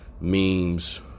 memes